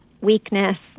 weakness